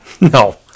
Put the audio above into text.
No